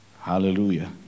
Hallelujah